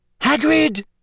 Hagrid